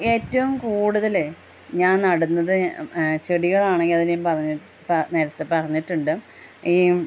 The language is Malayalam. ഏറ്റവും കൂടുതല് ഞാൻ നടുന്നത് ചെടികളാണെങ്കില് അത് ഞാൻ നേരത്തെ പറഞ്ഞിട്ടുണ്ട് ഈ